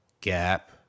gap